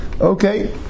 Okay